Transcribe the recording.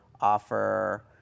offer